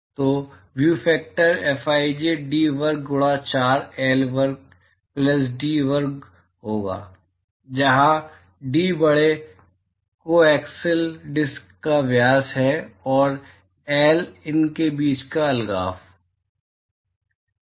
तो view factor फ़िज D वर्ग गुणा 4 एल वर्ग प्लस डी वर्ग होगा जहां डी बड़े कोएक्सिल डिस्क का व्यास है और एल उनके बीच अलगाव है